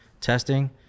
testing